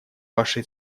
ваше